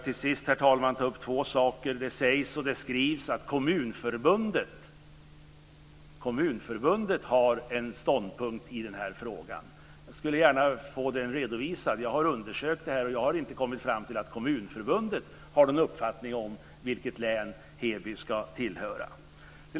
Det sägs och skrivs att Kommunförbundet har en ståndpunkt i frågan. Jag skulle vilja få den redovisad. Jag har undersökt detta men har inte kommit fram till att Kommunförbundet har någon uppfattning om till vilket län Heby ska höra.